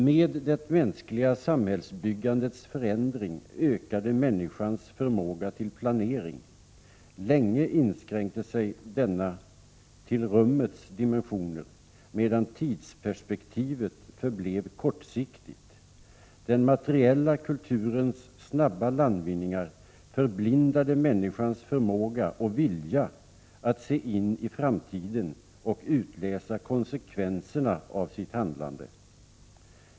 Med det mänskliga samhällsbyggandets förändring ökade människans förmåga till planering. Länge inskränkte sig denna till rummets dimensioner medan tidsperspektivet förblev kortsiktigt. Den materiella kulturens snabba landvinningar förblindade människans förmåga och vilja att se in i framtiden och utläsa konsekvenserna av sitt handlande.